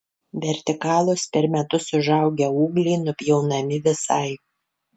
vertikalūs per metus užaugę ūgliai nupjaunami visai